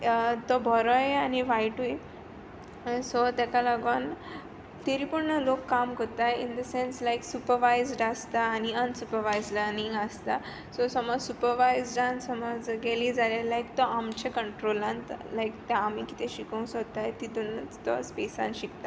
so तो बरोय आनी वायटूय सो तेका लागोन तरी पूण लोक काम कोत्ताय in the sense like supervised आसता एण्ड अनसुपवायजड लनींग आसता सो समज सुपवायजडान समज गेली जाल्यार लायक तो आमच्या कंट्रोलांत लायक आमी कितें शिकोवंक सोदताय तितुनूच तो स्पेसान शिकता